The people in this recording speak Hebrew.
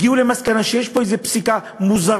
הגיעו למסקנה שיש פה איזו פסיקה מוזרה,